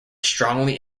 strongly